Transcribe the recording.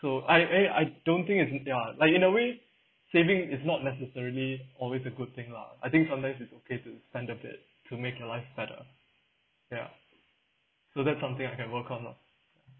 so I I I don't think it's ya like in a way saving is not necessarily always a good thing lah I think sometimes it's okay to spend of it to make your life better ya so that's something I can work on lor